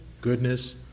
goodness